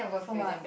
for what